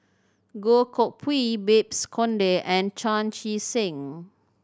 Goh Koh Pui Babes Conde and Chan Chee Seng